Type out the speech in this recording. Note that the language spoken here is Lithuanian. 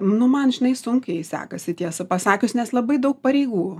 nu man žinai sunkiai sekasi tiesą pasakius nes labai daug pareigų